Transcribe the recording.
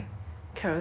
Carousell lah